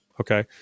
Okay